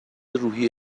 روحی